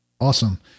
Awesome